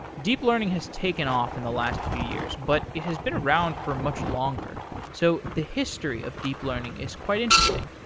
deep learning has taken off in the last few years, but it has been around for much longer so the history of deep learning is quite interesting.